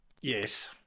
Yes